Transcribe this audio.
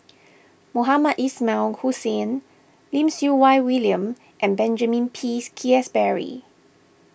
Mohamed Ismail Hussain Lim Siew Wai William and Benjamin Pease Keasberry